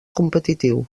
competitiu